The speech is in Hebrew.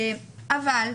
אבל,